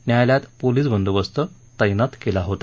न्यायालयात पोलीस बंदोबस्त तस्ति केला होता